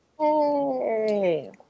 Yay